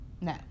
No